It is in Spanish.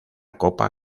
copa